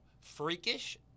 freakish